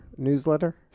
newsletter